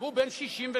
והוא בן 63,